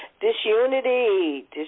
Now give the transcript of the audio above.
Disunity